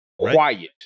Quiet